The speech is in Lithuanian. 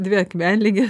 dvi akmenligė